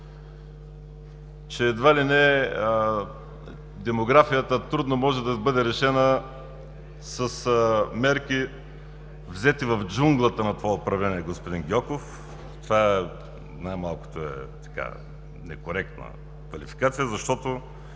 израз – „демографията трудно може да бъде решена с мерки, взети в джунглата на това управление“. Господин Гьоков, това най-малкото е некоректна квалификация, защото